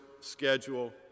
schedule